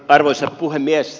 arvoisa puhemies